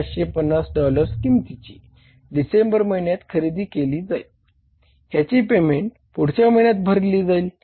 35550 dollars किंमतीची December महिन्यात खरेदी केली जाईल ह्याची पेमेंट पुढच्या महिन्यात भरले जाईल